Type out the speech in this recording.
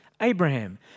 Abraham